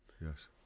Yes